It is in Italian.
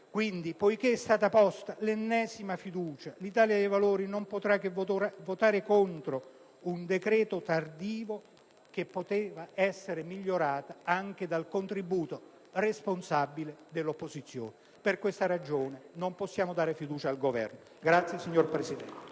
essendo stata posta l'ennesima fiducia, l'Italia dei Valori non potrà che votare contro un decreto tardivo, che poteva essere migliorato dal contributo responsabile dell'opposizione. Per queste ragioni, ripeto, non possiamo votare la fiducia al Governo. *(Applausi dal